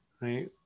right